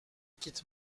quitte